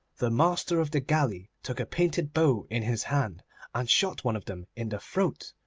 the master of the galley took a painted bow in his hand and shot one of them in the throat.